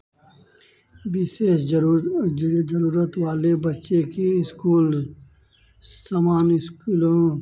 विशेष ज़रूर ज़रूरत वाले बच्चे की स्कूल समान स्कूलों